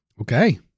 Okay